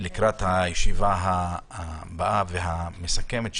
לקראת הישיבה הבאה והמסכמת,